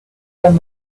done